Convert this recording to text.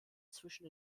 zwischen